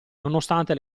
nonostante